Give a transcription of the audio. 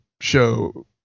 show